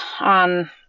on